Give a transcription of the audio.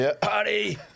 party